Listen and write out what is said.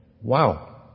Wow